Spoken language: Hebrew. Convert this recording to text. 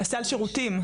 סל שירותים.